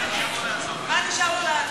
מה נשאר לו לאדם?